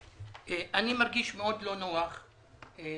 אני מרגיש מאוד לא נוח לאחרונה,